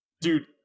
dude